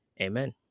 Amen